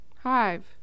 Hive